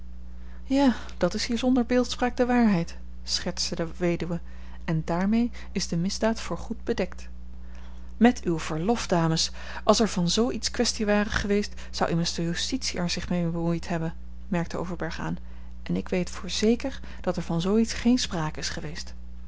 ja dat is hier zonder beeldspraak de waarheid schertste de weduwe en daarmee is de misdaad voor goed bedekt met uw verlof dames als er van zoo iets kwestie ware geweest zou immers de justitie er zich mee bemoeid hebben merkte overberg aan en ik weet voor zeker dat er van zoo iets geen sprake is geweest